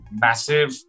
massive